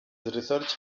research